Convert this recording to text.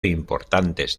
importantes